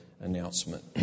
Announcement